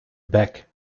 back